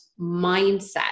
mindset